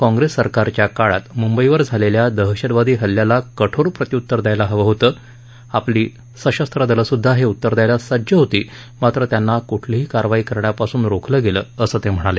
काँग्रेस सरकारच्या काळात मुंबईवर झालेल्या दहशतवादी हल्ल्याला कठोर प्रत्यूतर द्यायला हवं होतं आपली सशस्त्र दलं सुद्धा हे उतर द्यायला सज्ज होती मात्र त्यांना क्ठलीही कारवाई करण्यापासून रोखलं गेलं असं ते म्हणाले